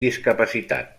discapacitat